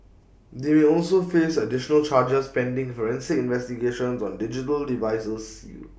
they may also face additional charges pending forensic investigations on digital devices sealed